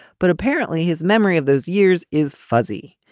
but apparently his memory of those years is fuzzy.